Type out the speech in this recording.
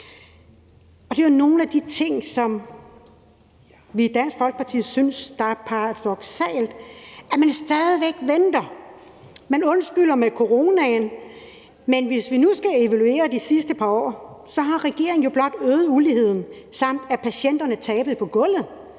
Det er noget af det, som vi i Dansk Folkeparti synes er paradoksalt, altså at man stadig væk venter. Man undskylder det med coronaen, men hvis vi nu skal evaluere de sidste par år, har regeringen jo blot øget uligheden og ladet patienterne blive tabt på gulvet.